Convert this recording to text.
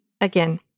again